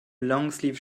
longsleeve